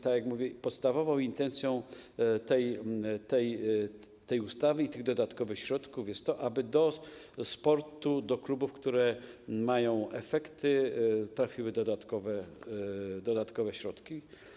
Tak jak mówię, podstawową intencją tej ustawy i tych dodatkowych środków jest to, aby do sportu, do klubów, które mają efekty, trafiły dodatkowe środki.